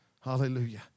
Hallelujah